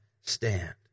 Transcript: stand